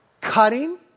Cutting